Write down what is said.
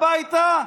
הביתה,